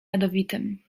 jadowitym